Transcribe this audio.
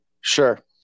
Sure